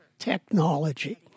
Technology